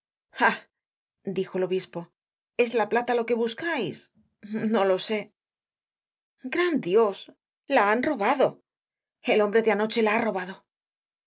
dijo el obispo es la plata lo que buscais no lo sé gran dios la han robado el hombre de anoche la ha robado